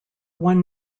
one